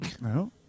No